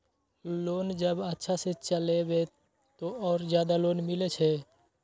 Loan जब अच्छा से चलेबे तो और ज्यादा लोन मिले छै?